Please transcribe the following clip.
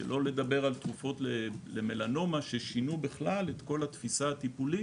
שלא נדבר על תרופות למלנומה ששינו בכלל את כל התפיסה הטיפולית